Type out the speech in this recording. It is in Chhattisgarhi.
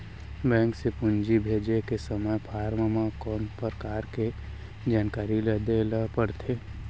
बैंक से पूंजी भेजे के समय फॉर्म म कौन परकार के जानकारी ल दे ला पड़थे?